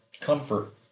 comfort